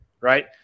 Right